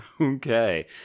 Okay